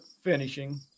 finishing